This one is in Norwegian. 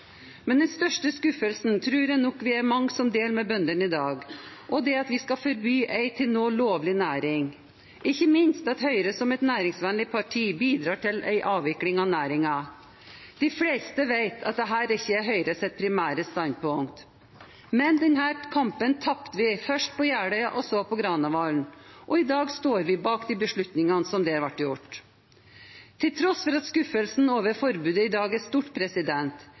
Men den største skuffelsen tror jeg nok vi er mange som deler med bøndene i dag. Det er at vi skal forby en til nå lovlig næring, og ikke minst at Høyre som et næringsvennlig parti bidrar til en avvikling av næringen. De fleste vet at dette ikke er Høyres primære standpunkt, men den kampen tapte vi, først på Jeløya og så på Granavolden. I dag står vi bak de beslutningene som der ble tatt. Til tross for at skuffelsen over forbudet i dag er stort,